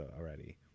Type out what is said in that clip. already